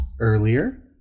earlier